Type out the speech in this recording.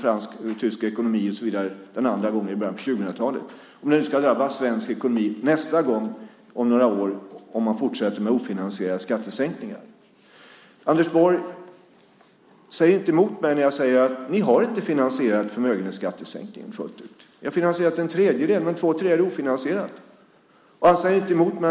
fransk och tysk ekonomi och så vidare, den andra gången i början på 2000-talet. Det kommer nu att drabba svensk ekonomi nästa gång om några år om man fortsätter med ofinansierade skattesänkningar. Anders Borg säger inte emot mig när jag säger: Ni har inte finansierat förmögenhetsskattesänkningen fullt ut. Ni har finansierat en tredjedel. Men två tredjedelar är ofinansierat. Han säger inte emot mig.